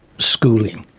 schooling,